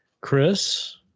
Chris